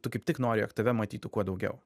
tu kaip tik nori jog tave matytų kuo daugiau